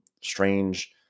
strange